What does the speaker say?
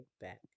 back